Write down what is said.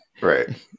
Right